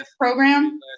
program